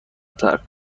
ترک